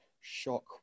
Shock